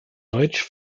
deutsch